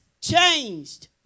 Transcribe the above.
changed